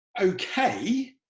okay